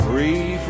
Free